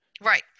Right